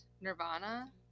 nirvana